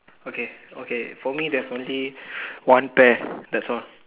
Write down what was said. okay okay for me there's only one pear that's all